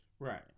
Right